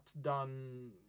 done